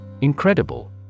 Incredible